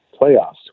playoffs